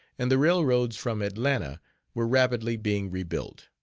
and the railroads from atlanta were rapidly being rebuilt.